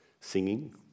singing